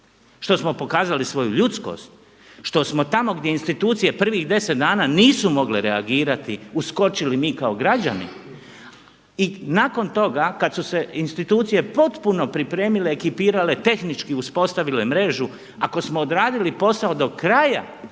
što smo pokazali svoju ljudskost, što smo tamo gdje institucije prvih deset dana nisu mogle reagirati uskočili mi kao građani i nakon toga kad su se institucije potpuno pripremile, ekipirale, tehnički uspostavile mrežu, ako smo odradili posao do kraja